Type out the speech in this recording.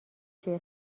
توی